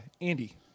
Andy